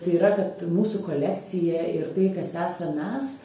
tai yra kad mūsų kolekcija ir tai kas esam mes